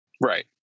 right